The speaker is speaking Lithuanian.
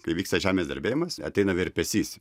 kai vyksta žemės drebėjimas ateina virpesys